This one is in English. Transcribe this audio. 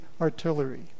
artillery